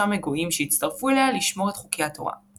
מגויים שהצטרפו אליה לשמור את חוקי התורה.